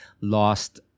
lost